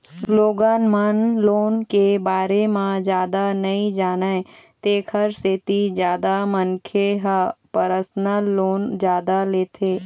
लोगन मन लोन के बारे म जादा नइ जानय तेखर सेती जादा मनखे ह परसनल लोन जादा लेथे